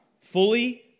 Fully